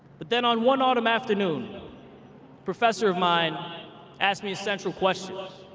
but then on one autumn afternoon professor of mine asked me essential questions.